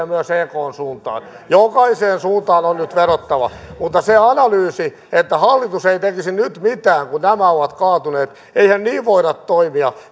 myös ekn suuntaan jokaiseen suuntaan on nyt vedottava mutta se analyysi että hallitus ei tekisi nyt mitään kun nämä ovat kaatuneet eihän niin voida toimia